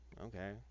okay